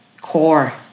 core